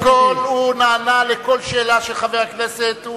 קודם כול הוא נענה לכל שאלה של חברי הכנסת,